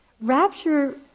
Rapture